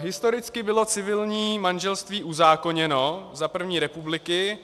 Historicky bylo civilní manželství uzákoněno za první republiky.